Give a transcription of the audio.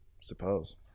suppose